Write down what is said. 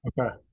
okay